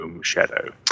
shadow